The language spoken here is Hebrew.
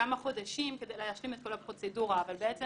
כמה חודשים כדי להשלים את כל הפרוצדורה, אבל בעצם